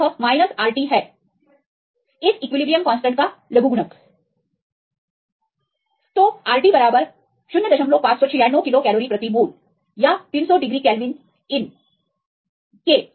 तो यह RT है इस इक्विलिब्रियम कांस्टेंट का लघुगणक तोRT 0596 किलो कैलोरी प्रति मोलRT0596kilo cal per mole या 300 डिग्री केल्विन ln k 061 है